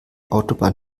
autobahn